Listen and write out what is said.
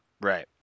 Right